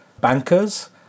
bankers